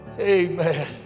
Amen